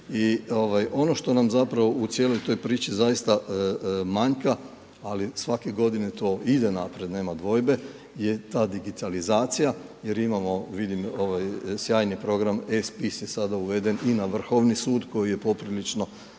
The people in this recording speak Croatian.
I ono što nam u cijeloj toj priči zaista manjka, ali svake godine to ide naprijed, nema dvojbe, je ta digitalizacija jer imamo sjajni program eSpis je sada uveden i na Vrhovni sud koji je poprilično